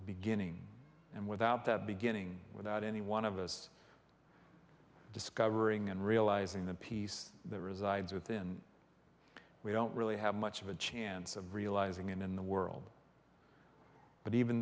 beginning and without that beginning without any one of us discovering and realizing the peace that resides within we don't really have much of a chance of realizing it in the world but even